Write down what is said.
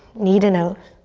knee to nose.